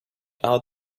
out